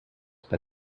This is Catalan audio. per